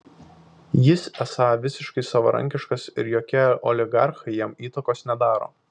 jis esą visiškai savarankiškas ir jokie oligarchai jam įtakos nedaro